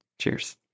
cheers